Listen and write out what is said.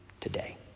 today